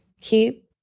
keep